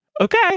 Okay